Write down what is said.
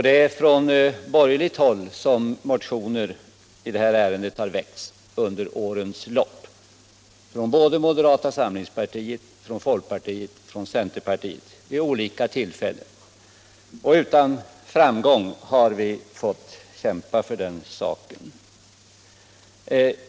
Det är från borgerligt håll som motioner i det här ärendet har väckts under årens lopp — från moderata samlingspartiet, från folkpartiet och från centerpartiet. Vid olika tillfällen och utan framgång har vi fått kämpa för den saken.